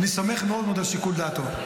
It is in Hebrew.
אני סומך מאוד מאוד על שיקול דעתו.